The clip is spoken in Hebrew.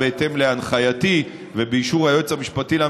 לא של